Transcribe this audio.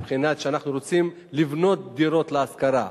מבחינת רצון שלנו לבנות דירות להשכרה,